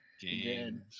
Games